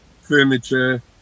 furniture